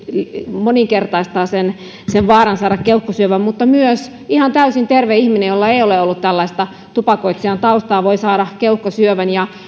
moninkertaistaa sen sen vaaran saada keuhkosyövän mutta myös ihan täysin terve ihminen jolla ei ole ollut tällaista tupakoitsijan taustaa voi saada keuhkosyövän